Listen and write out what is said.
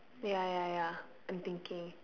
ya ya ya I'm thinking